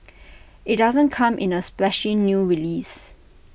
IT doesn't come in A splashy new release